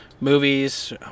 movies